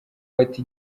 bati